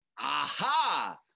Aha